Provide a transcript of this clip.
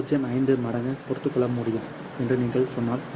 5 மடங்கு பொறுத்துக்கொள்ள முடியும் என்று நீங்கள் சொன்னால் இல்லையா